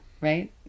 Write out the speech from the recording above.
right